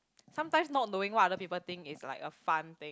sometimes not knowing what other people think is like a fun thing